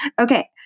Okay